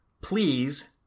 Please